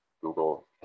Google